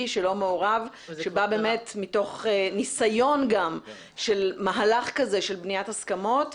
שלא מעורב שבא מתוך ניסיון של מהלך כזה של בניית הסכמות,